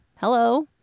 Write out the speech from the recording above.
Hello